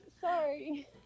sorry